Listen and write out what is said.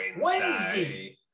Wednesday